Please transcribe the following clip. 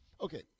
Okay